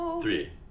Three